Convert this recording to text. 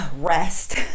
rest